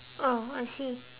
oh I see